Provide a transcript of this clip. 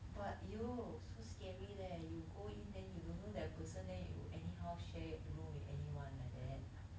but !aiyo! so scary leh you go in then you don't know that person then you anyhow share room with anyone like that